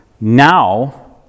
now